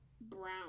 brown